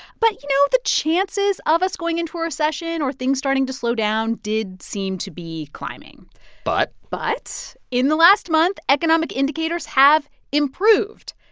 but, you know, the chances of us going into a recession or things starting to slow down did seem to be climbing but. but in the last month, economic indicators have improved.